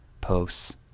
posts